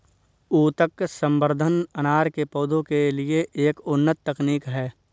ऊतक संवर्धन अनार के पौधों के लिए एक उन्नत तकनीक है